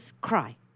cry